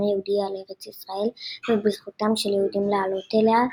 היהודי על ארץ ישראל ובזכותם של יהודים לעלות אליה,